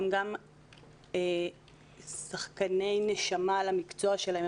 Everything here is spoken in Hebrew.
הם גם שחקני נשמה למקצוע שלהם,